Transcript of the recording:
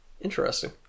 interesting